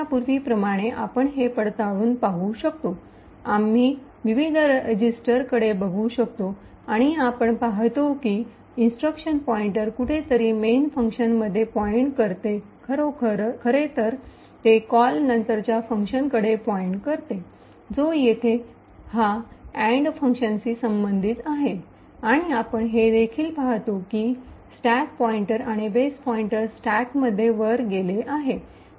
आता पूर्वीप्रमाणे आपण हे पडताळून पाहू शकतो आम्ही विविध रेजीसटरकडे बघू शकतो आणि आपण पाहतो की इंस्ट्रक्शन पॉइन्टर कुठेतरी मेन फंक्शनमध्ये पॉइन्ट करते खरेतर ते कॉल नंतरच्या फंक्शनकडे पॉइन्ट करते जो येथे हा अॅड फंक्शनशी संबंधित आहे आणि आपण हे देखील पाहतो की स्टॅक पॉईन्टर आणि बेस पॉईंटर स्टॅकमध्ये वर गेले आहेत